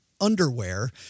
underwear